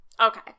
Okay